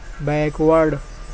backward